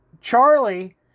Charlie